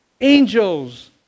angels